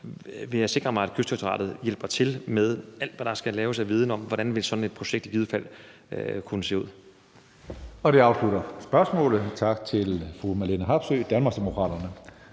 vil jeg sikre mig, at Kystdirektoratet hjælper til med alt, hvad der skal til af viden om, hvordan et sådant projekt i givet fald kunne se ud. Kl. 16:42 Tredje næstformand (Karsten Hønge): Det afslutter spørgsmålet. Tak til fru Marlene Harpsøe, Danmarksdemokraterne.